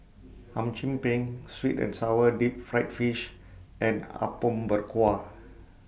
Hum Chim Peng Sweet and Sour Deep Fried Fish and Apom Berkuah